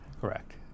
Correct